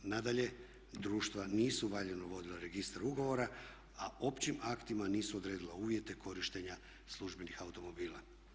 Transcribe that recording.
Nadalje, društva nisu valjano vodila registar ugovora a općim aktima nisu odredila uvjete korištenja službenih automobila.